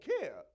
care